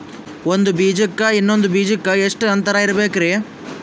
ಒಂದ್ ಬೀಜಕ್ಕ ಇನ್ನೊಂದು ಬೀಜಕ್ಕ ಎಷ್ಟ್ ಅಂತರ ಇರಬೇಕ್ರಿ?